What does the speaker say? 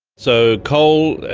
so coal,